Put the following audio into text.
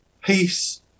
peace